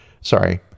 Sorry